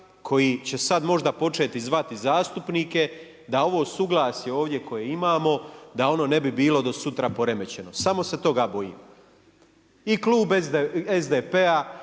koji će sad možda početi zvati zastupnike, da ovo suglasje ovo koje imamo, da ono ne bi bilo sutra poremećeno. Samo se toga boljim. I Klub SDP,